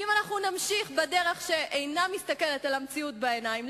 ואם אנחנו נמשיך בדרך שאינה מסתכלת על המציאות בעיניים,